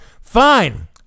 fine